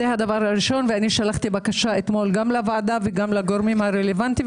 אתמול שלחתי בקשה גם לוועדה וגם לגורמים הרלוונטיים,